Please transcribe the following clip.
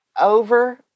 over